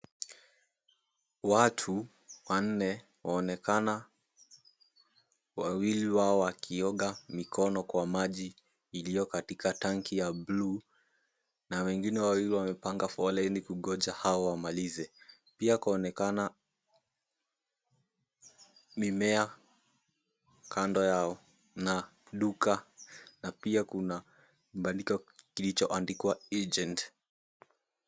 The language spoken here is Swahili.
Watu wanne waonekana. Wawili wao wakioga mikono kwa maji iliyo katika tanki ya bluu, na wengine wawili wamepanga foleni kungoja hao wamalize. Pia kwaonekana mimea kando yao, na duka na pia kuna kibandiko kilichoandikwa agent.